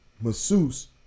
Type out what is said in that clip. masseuse